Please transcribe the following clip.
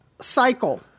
cycle